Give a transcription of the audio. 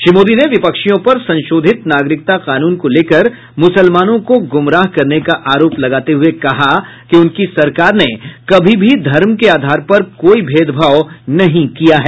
श्री मोदी ने विपक्षियों पर संशोधित नागरिकता कानून को लेकर मुसलमानों को गुमराह करने का आरोप लगाते हुए कहा कि उनकी सरकार ने कभी भी धर्म के आधार पर कोई भेदभाव नहीं किया है